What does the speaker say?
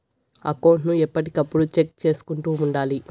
account ను ఎప్పటికప్పుడు check చేసుకుంటూ ఉండాలి